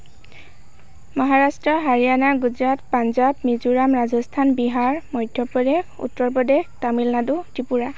Maharashtra Haryana Gujarat Punjab Mizoram Rajasthan Bihar Madhya Pradesh Uttar Pradesh Tamil Nadu Tripura